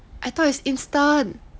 I thought it's instant